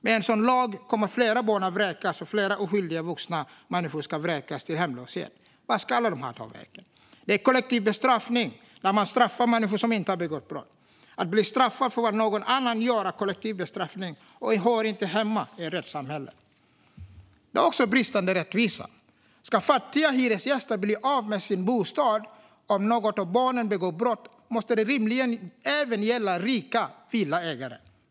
Med en sådan lag kommer fler barn att vräkas, och fler oskyldiga vuxna människor kommer att vräkas till hemlöshet. Vart ska alla ta vägen? Det är kollektiv bestraffning när man straffar människor som inte har begått brott. Att bli straffad för vad någon annan gör är kollektiv bestraffning och hör inte hemma i ett rättssamhälle. Det här handlar också om bristande rättvisa. Om fattiga hyresgäster ska bli av med sin bostad om något av barnen har begått brott måste det rimligen även gälla rika villaägare.